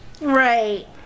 right